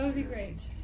be great.